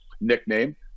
nickname